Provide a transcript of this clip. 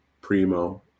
primo